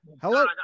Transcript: hello